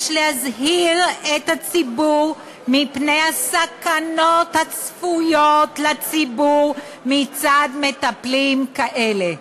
יש להזהיר את הציבור מפני הסכנות הצפויות לציבור מצד מטפלים כאלה,